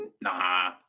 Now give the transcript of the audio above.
Nah